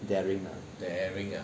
daring lah